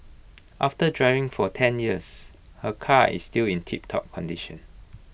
after driving for ten years her car is still in tiptop condition